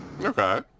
Okay